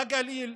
בגליל,